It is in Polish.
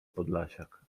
podlasiak